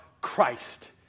Christ